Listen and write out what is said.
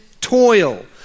toil